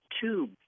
tube